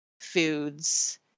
foods